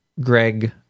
Greg